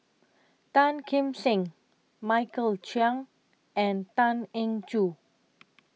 Tan Kim Seng Michael Chiang and Tan Eng Joo